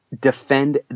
defend